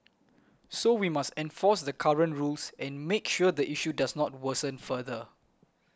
so we must enforce the current rules and make sure the issue does not worsen further